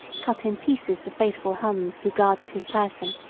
cut in pieces the faithful huns, who guarded his person,